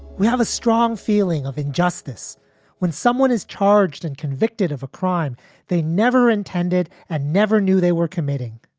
we have a strong feeling of injustice when someone is charged and convicted of a crime they never intended and never knew they were committing